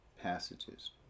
passages